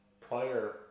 prior